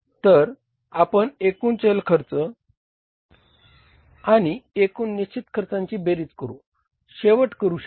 तर आपण एकूण चल खर्च आणि एकूण निश्चित खर्चांची बेरीज करू शेवट करू शकता